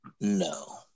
no